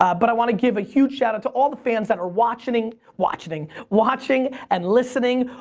um but i wanna give a huge shout out to all the fans that are watchening, watchening, watching and listening,